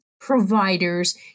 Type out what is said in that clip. providers